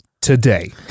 today